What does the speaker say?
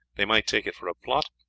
they might take it for a plot,